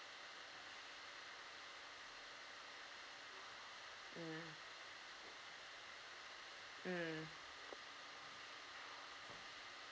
mm mm